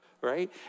right